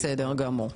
בסדר גמור.